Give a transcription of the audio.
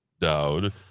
Dowd